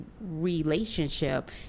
relationship